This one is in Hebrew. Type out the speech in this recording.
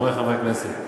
חברי חברי הכנסת,